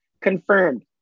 Confirmed